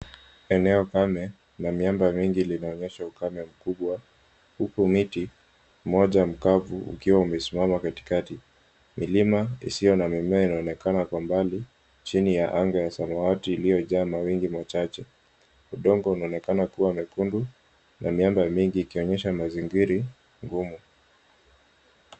Eneo kame na miamba mingi linaonyesha ukame mkubwa, huku mti mmoja mkavu ukiwa umesimama katikati. Milima isio na mimea inaonekana kwa mbali chini ya anga ya samawati, iliyojaa mawingu machache. Udongo unaonekana kuwa mwekundu na miamba mingi ikionyesha mazingiri ngumu.